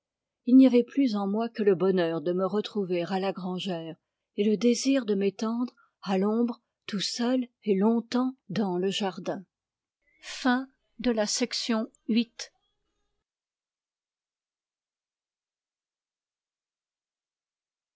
il n'y avait plus en moi que le bonheur de me retrouver à la grangère et le désir de m'étendre à l'ombre tout seul et longtemps dans le jardin